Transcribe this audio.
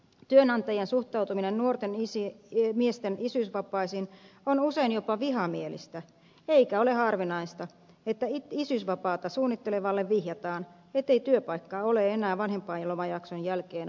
työnantajien suhtautuminen nuorten miesten isyysvapaisiin on usein jopa vihamielistä eikä ole harvinaista että isyysvapaata suunnittelevalle vihjataan ettei työpaikkaa ole enää vanhempainlomajakson jälkeen odottamassa